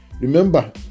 Remember